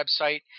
website